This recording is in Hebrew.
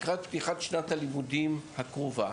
לקראת פתיחת שנת הלימודים הקרובה,